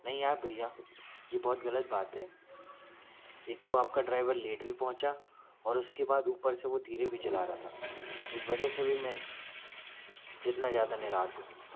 नहीं आप भैया ये बहुत गलत बात है एक तो आपका ड्राइवर लेट भी पहुँचा और उसके बाद ऊपर से वो धीरे भी चला रहा था इस वजह से भी मैं इतना ज़्यादा निराश हूँ